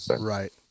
Right